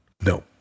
No